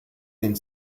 den